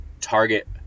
target